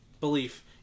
belief